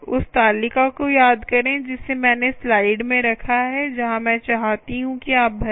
उस तालिका को याद करें जिसे मैंने स्लाइड में रखा है जहां मैं चाहती हूं कि आप भरें